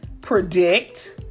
predict